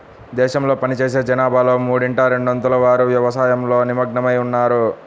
దేశంలో పనిచేసే జనాభాలో మూడింట రెండొంతుల వారు వ్యవసాయంలో నిమగ్నమై ఉన్నారు